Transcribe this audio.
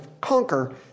conquer